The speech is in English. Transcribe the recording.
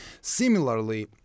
Similarly